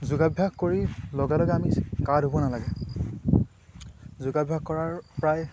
যোগাভ্যাস কৰি লগে লগে আমি গা ধুব নালাগে যোগাভ্যাস কৰাৰ প্ৰায়